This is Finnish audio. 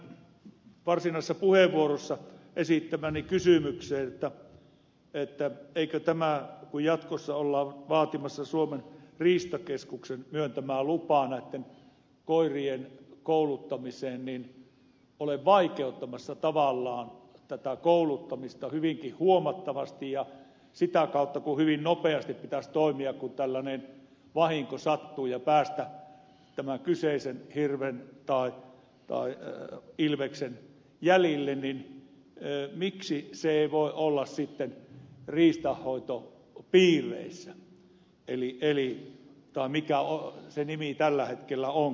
tähän varsinaisessa puheenvuorossa esittämääni kysymykseen eikö tämä kun jatkossa ollaan vaatimassa suomen riistakeskuksen myöntämää lupaa näitten koirien kouluttamiseen ole vaikeuttamassa tavallaan tätä kouluttamista hyvinkin huomattavasti sitä kautta kun hyvin nopeasti pitäisi toimia kun tällainen vahinko sattuu ja päästä tämän kyseisen hirven tai ilveksen jäljille ja miksi se ei voi olla sitten riistanhoitopiireissä tai mikä se nimi tällä hetkellä onkaan